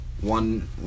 one